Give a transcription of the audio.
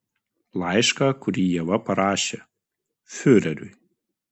laišką kurį ieva parašė fiureriui